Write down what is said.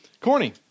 Corny